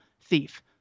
thief